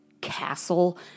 castle